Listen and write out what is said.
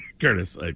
Curtis